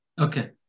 Okay